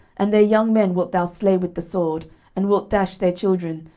and their young men wilt thou slay with the sword, and wilt dash their children,